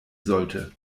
sollte